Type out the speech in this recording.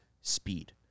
Speed